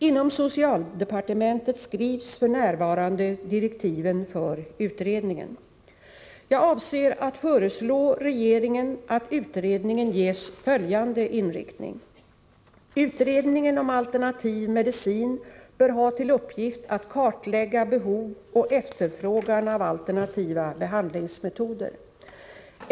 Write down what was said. Inom socialdepartementet skrivs f.n. direktiven för utredningen. Jag avser att föreslå regeringen att utredningen ges följande inriktning. Utredningen om alternativ medicin bör ha till uppgift att kartlägga behov och efterfrågan av alternativa behandlingsmetoder.